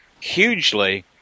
hugely